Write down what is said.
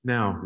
Now